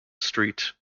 street